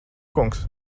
kungs